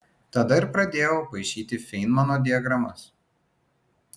tada ir pradėjau paišyti feinmano diagramas